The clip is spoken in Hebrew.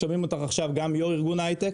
שומעים אותך עכשיו גם יו"ר ארגון היי-טק,